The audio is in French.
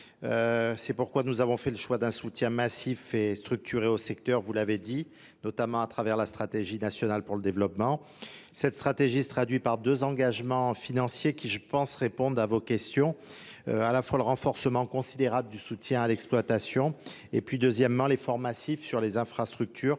C'est pourquoi nous avons fait le choix d'un soutien massif et structuré au secteur, vous l'avez dit, notamment à travers la stratégie nationale pour le développement. Cette stratégie se traduit par deux engagements financiers qui, je pense, répondent à vos questions. À la fois le renforcement considérable du soutien à l'exploitation et puis deuxièmement l'effort massif sur les infrastructures